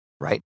right